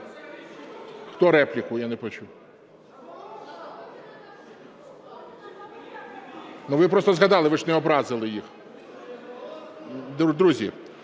Хто репліку, я не почув? Ви просто згадали, ви ж не образили їх. Друзі,